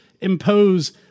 impose